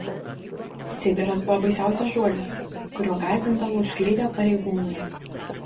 sibiras buvo baisiausias žodis kuriuo gąsdindavo užklydę pareigūnai